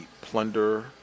plunder